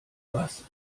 was